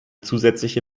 zusätzliche